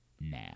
now